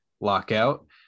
lockout